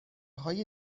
های